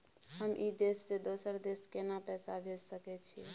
हम ई देश से दोसर देश केना पैसा भेज सके छिए?